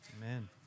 Amen